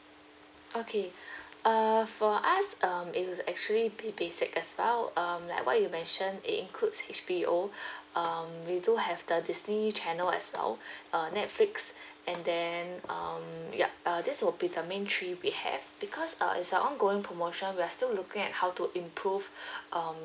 okay err for us um it is actually b~ basic as well um like what you mentioned it includes H_B_O um we do have the disney channel as well uh netflix and then um yup uh this will be the main three we have because uh it's a ongoing promotion we are still looking at how to improve um